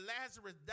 Lazarus